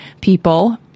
people